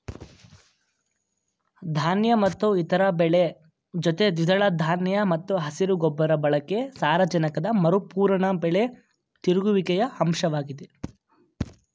ಧಾನ್ಯ ಮತ್ತು ಇತರ ಬೆಳೆ ಜೊತೆ ದ್ವಿದಳ ಧಾನ್ಯ ಮತ್ತು ಹಸಿರು ಗೊಬ್ಬರ ಬಳಕೆ ಸಾರಜನಕದ ಮರುಪೂರಣ ಬೆಳೆ ತಿರುಗುವಿಕೆಯ ಅಂಶವಾಗಿದೆ